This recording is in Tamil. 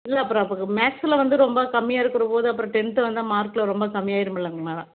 இல்லை அப்புறம் மேக்ஸில் வந்து ரொம்ப கம்மியாக இருக்கிற போது அப்புறம் டென்த்து வந்தா மார்க்கில் ரொம்ப கம்மியாக ஆயிவிடும் இல்லைங்கம்மா